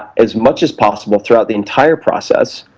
as much as possible throughout the entire process.